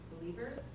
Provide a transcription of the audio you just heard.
believers